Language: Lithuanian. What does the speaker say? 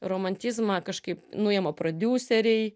romantizmą kažkaip nuima prodiuseriai